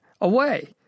away